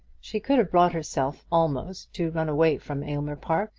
she could have brought herself almost to run away from aylmer park,